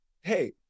hey